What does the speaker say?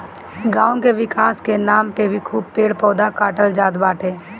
गांव के विकास के नाम पे भी खूब पेड़ पौधा काटल जात बाटे